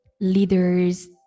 leaders